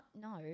no